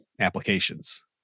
applications